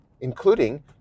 including